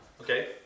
Okay